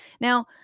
now